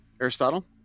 Aristotle